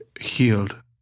healed